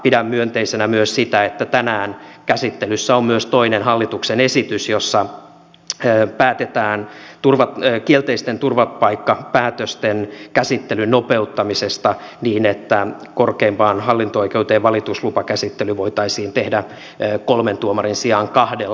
pidän myönteisenä myös sitä että tänään käsittelyssä on myös toinen hallituksen esitys jossa päätetään kielteisten turvapaikkapäätösten käsittelyn nopeuttamisesta niin että korkeimpaan hallinto oikeuteen valituslupakäsittely voitaisiin tehdä kolmen tuomarin sijaan kahdella